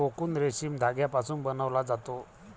cocoon रेशीम धाग्यापासून बनवला जातो